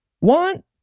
want